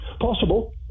Possible